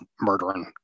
murdering